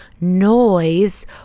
noise